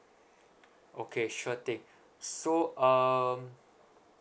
okay sure thing so um